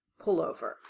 pullover